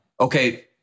Okay